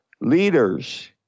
leaders